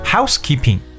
Housekeeping